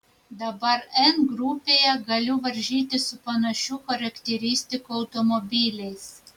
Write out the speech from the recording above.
dabar n grupėje galiu varžytis su panašių charakteristikų automobiliais